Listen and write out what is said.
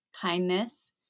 kindness